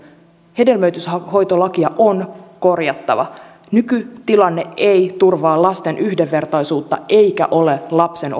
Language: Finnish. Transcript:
hedelmöityshoitolakia on korjattava nykytilanne ei turvaa lasten yhdenvertaisuutta eikä ole lapsen